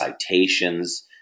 citations